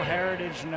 Heritage